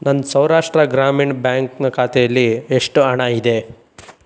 ನನ್ನ ಸೌರಾಷ್ಟ್ರ ಗ್ರಾಮೀಣ್ ಬ್ಯಾಂಕ್ನ ಖಾತೇಲಿ ಎಷ್ಟು ಹಣ ಇದೆ